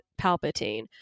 Palpatine